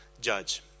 judge